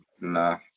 nah